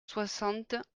soixante